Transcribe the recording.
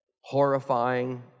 horrifying